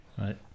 Right